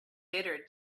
bitter